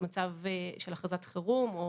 מצב של הכרזת חירום או